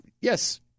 yes